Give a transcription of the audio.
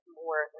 more